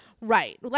Right